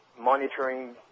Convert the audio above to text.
monitoring